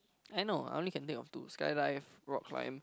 eh no I only can think of two sky dive rock climb